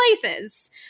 places